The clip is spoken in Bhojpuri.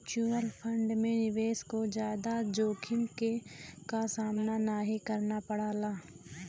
म्यूच्यूअल फण्ड में निवेशक को जादा जोखिम क सामना नाहीं करना पड़ला